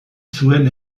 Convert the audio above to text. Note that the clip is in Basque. zuen